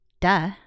duh